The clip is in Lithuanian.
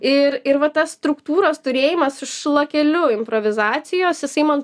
ir ir va tas struktūros turėjimas su šlakeliu improvizacijos jisai man